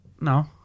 No